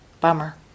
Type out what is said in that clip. Bummer